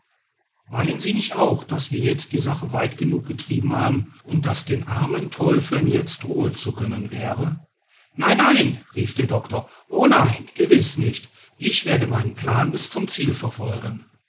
meinen sie nicht auch daß wir jetzt die sache weit genug getrieben haben und daß den armen teufeln jetzt ruhe zu gönnen wäre nein nein rief der doctor o nein gewiß nicht ich werde meinen plan bis zum ziel verfolgen